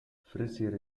fryzjer